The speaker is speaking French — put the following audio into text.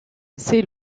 ses